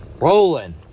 rolling